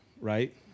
right